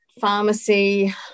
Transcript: pharmacy